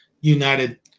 United